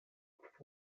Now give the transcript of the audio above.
what